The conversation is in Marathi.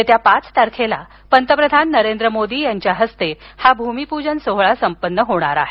येत्या पाच तारखेला पंतप्रधान नरेंद्र मोदी यांच्या हस्ते हा भूमिपूजन सोहळा संपन्न होणार आहे